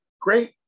Great